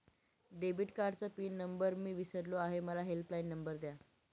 debit कार्डचा pin number मी विसरलो आहे मला हेल्पलाइन नंबर द्या